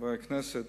חברי הכנסת,